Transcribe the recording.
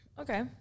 Okay